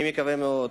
אני מקווה מאוד,